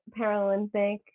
Paralympic